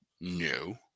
No